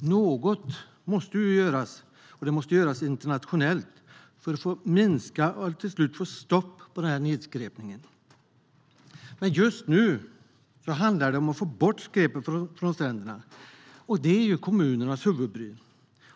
Något måste göras, och det måste göras internationellt, för att minska och till slut få stopp på nedskräpningen. Just nu handlar det om att få bort skräpet från stränderna, och det är kommunernas huvudbry.